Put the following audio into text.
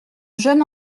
jeune